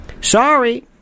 Sorry